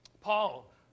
Paul